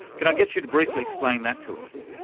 can i get you to briefly explain that to us?